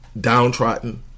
downtrodden